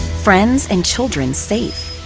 friends, and children safe.